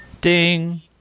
Ding